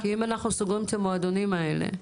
כי אם אנחנו סוגרים את המועדונים האלה,